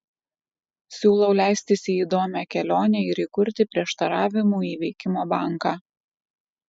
siūlau leistis į įdomią kelionę ir įkurti prieštaravimų įveikimo banką